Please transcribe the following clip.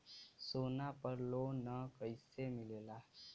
सोना पर loan कइसे मिलेला?